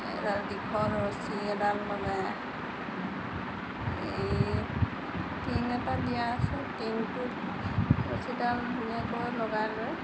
এডাল দীঘল ৰছী এডাল মানে এই টিং এটা দিয়া আছে টিংটোত ৰছীডাল ধুনীয়াকৈ লগাই লৈ